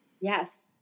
Yes